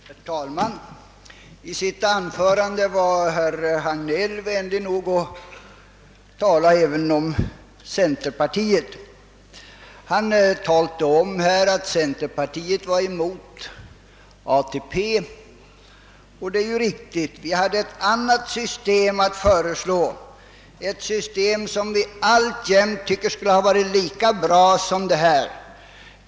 Herr talman! I sitt anförande var herr Hagnell vänlig nog att tala även om centerpartiet. Han framhöll att centerpartiet var emot ATP, och det är riktigt. Vi hade ett annat system att före slå, ett system som vi alltjämt tycker skulle ha varit lika bra som ATP-systemet.